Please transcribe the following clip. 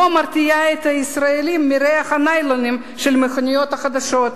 לא מרתיעה את הישראלים מריח הניילונים של המכוניות החדשות,